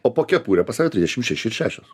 o po kepure pas tave trisdešim šeši ir šešios